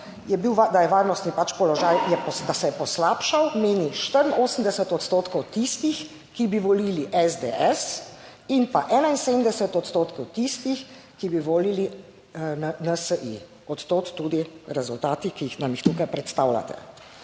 da se je poslabšal, meni 84 odstotkov tistih, ki bi volili SDS in pa 71 odstotkov tistih, ki bi volili na NSi - od tod tudi rezultati, ki nam jih tukaj predstavljate.